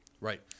right